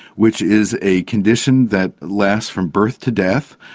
which is a condition that lasts from birth to death,